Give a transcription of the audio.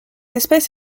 espèce